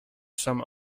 some